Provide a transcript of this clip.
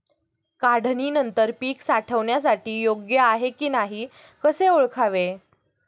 काढणी नंतर पीक साठवणीसाठी योग्य आहे की नाही कसे ओळखावे?